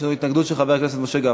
יש לנו התנגדות של חבר הכנסת משה גפני.